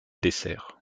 dessert